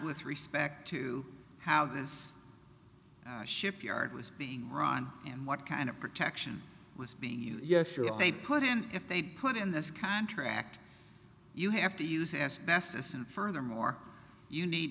with respect to how this shipyard was being run and what kind of protection was being yes sure they'd put in if they'd put in this contract you have to use asbestos and furthermore you need